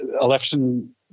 election